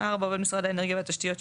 (4)עובד משרד האנרגיה והתשתיות,